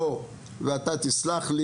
ואתה תסלח לי,